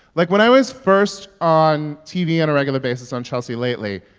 like, when i was first on tv on a regular basis on chelsea lately,